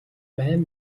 байн